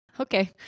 Okay